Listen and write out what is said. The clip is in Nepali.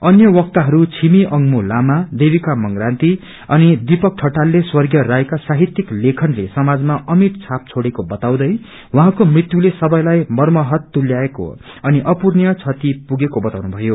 अन्य वक्ताहरू छिमी अङमू लामा देविका मंग्राती अनि दीपक ठटालले स्वर्गीय राईका साहित्यिक लेखनले समाजमा अमिट छाप छोड़ेको बताउँदै उहाँको मृत्युले सबैलाई मर्माहत तुल्याएको अनि अपूरणीाय क्षति पुगेको बताउनुभयो